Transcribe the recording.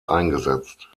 eingesetzt